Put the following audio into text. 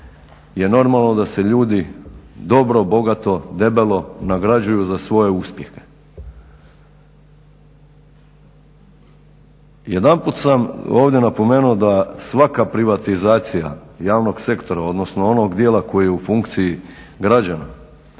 je normalno da se ljudi dobro, bogato, debelo nagrađuju za svoje uspjehe. Jedanput sam ovdje napomenuo da svaka privatizacija javnog sektora, odnosno onog dijela koji je u funkciji građana